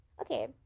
Okay